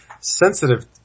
sensitive